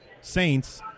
Saints